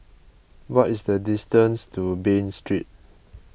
what is the distance to Bain Street